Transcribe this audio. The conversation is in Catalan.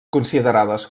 considerades